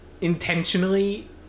intentionally